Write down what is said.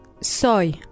Soy